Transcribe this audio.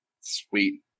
sweet